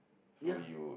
ya